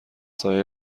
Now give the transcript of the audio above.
سایه